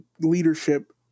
leadership